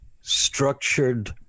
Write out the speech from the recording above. structured